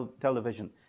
television